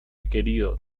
querido